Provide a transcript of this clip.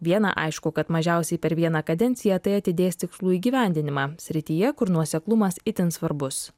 viena aišku kad mažiausiai per vieną kadenciją tai atidės tikslų įgyvendinimą srityje kur nuoseklumas itin svarbus